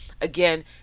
Again